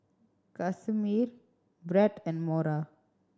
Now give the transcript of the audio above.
Casimir Bret and Mora